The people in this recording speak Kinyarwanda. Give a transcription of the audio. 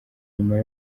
nyuma